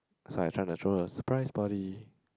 that's why I try might throw her a surprise party